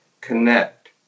connect